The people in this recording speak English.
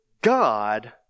God